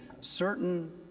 certain